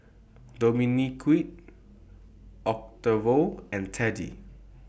Dominique Octavio and Teddy